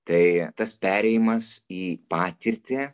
tai tas perėjimas į patirtį